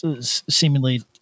seemingly